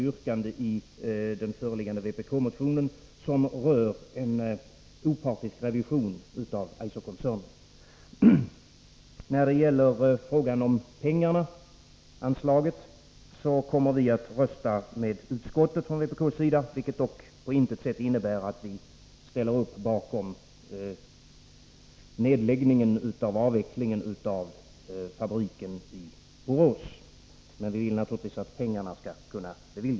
När det gäller anslaget kommer vi från vpk att rösta med utskottsmajoriteten, vilket på intet sätt innebär att vi ställer upp bakom avvecklingen av fabriken i Borås, men vi vill naturligtvis att pengarna skall anslås.